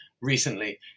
recently